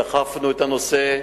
דחפנו את הנושא,